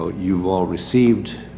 ah you've all received,